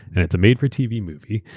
and it's a made-for-tv movie.